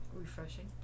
refreshing